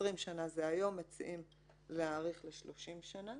20 שנה זה היום ומציעים להאריך לשלושים שנה,